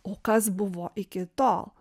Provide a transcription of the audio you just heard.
o kas buvo iki tol